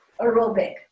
aerobic